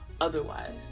otherwise